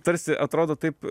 tarsi atrodo taip